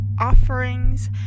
offerings